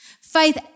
Faith